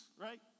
right